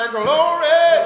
glory